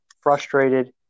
frustrated